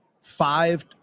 five